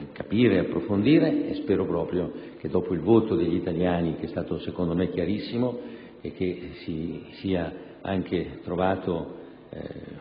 capire e approfondire. Spero proprio che dopo il voto degli italiani - che è stato secondo me chiarissimo - si sia trovata